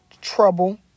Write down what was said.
trouble